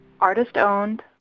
Artist-owned